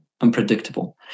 unpredictable